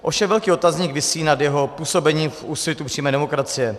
Ovšem velký otazník visí nad jeho působením v Úsvitu přímé demokracie.